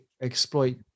exploit